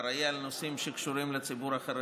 אחראי לנושאים שקשורים לציבור החרדי.